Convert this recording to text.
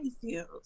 feels